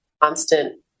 constant